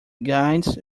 guides